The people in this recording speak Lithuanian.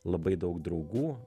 labai daug draugų